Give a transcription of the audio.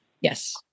Yes